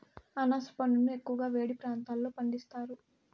అనాస పండును ఎక్కువగా వేడి ప్రాంతాలలో పండిస్తారు